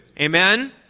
Amen